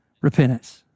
Repentance